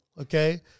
Okay